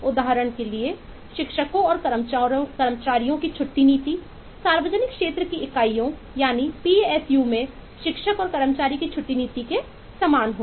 उदाहरण के लिए शिक्षकों और कर्मचारियों की छुट्टी नीति सार्वजनिक क्षेत्र की इकाइयों यानी पी एस यू में शिक्षक और कर्मचारी की छुट्टी नीति के समान होगी